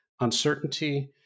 uncertainty